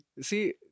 See